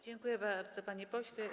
Dziękuję bardzo, panie pośle.